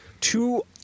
two